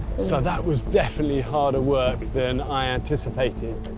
so that was definitely harder work than i anticipated.